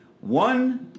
One